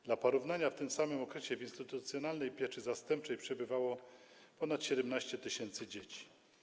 Dla porównania w tym samym okresie w instytucjonalnej pieczy zastępczej przebywało ponad 17 tys. dzieci.